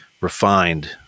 refined